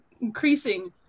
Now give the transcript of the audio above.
increasing